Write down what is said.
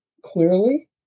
clearly